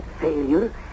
failure